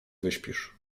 wyśpisz